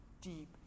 deep